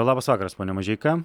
labas vakaras pone mažeika